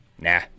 Nah